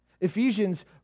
Ephesians